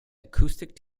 acoustic